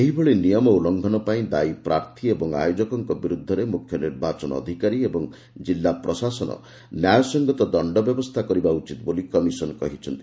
ଏହିଭଳି ନିୟମ ଉଲ୍ଲୁଙ୍ଘନ ପାଇଁ ଦାୟୀ ପ୍ରାର୍ଥୀ ଓ ଆୟୋଜକଙ୍କ ବିରୁଦ୍ଧରେ ମୁଖ୍ୟ ନିର୍ବାଚନ ଅଧିକାରୀ ଏବଂ ଜିଲ୍ଲା ପ୍ରଶାସନ ନ୍ୟାୟସଙ୍ଗତ ଦଶ୍ଡ ବ୍ୟବସ୍ଥା କରିବା ଉଚିତ୍ ବୋଲି କମିଶନ୍ କହିଛି